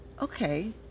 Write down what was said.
okay